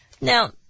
Now